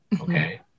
okay